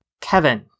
Kevin